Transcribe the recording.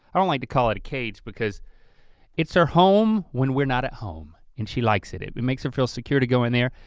i don't like to call it a cage because it's her home when we're not at home and she likes it. it it makes her feel secure to go in there,